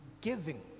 giving